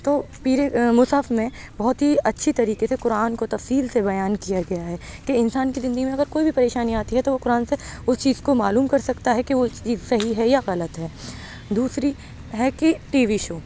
تو پیرے مصحف میں بہت ہی اچھی طریقے سے قرآن کو تفصیل سے بیان کیا گیا ہے کہ انسان کی زندگی میں اگر کوئی بھی پریشانی آتی ہے تو وہ قرآن سے اُس چیز کو معلوم کر سکتا ہے کہ وہ چیز صحیح ہے یا غلط ہے دوسری ہے کہ ٹی وی شو